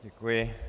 Děkuji.